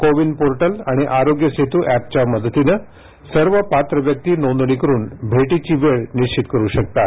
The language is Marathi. कोविन पोर्टल आणि आरोग्य सेतु ऍपच्या मदतीने सर्व पात्र व्यक्ती नोंदणी करून भेटीची वेळ निश्वित करू शकतात